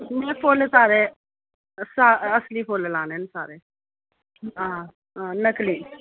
फुल्ल सारे असली फुल्ल लाने न सारे हां नकली